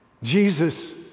Jesus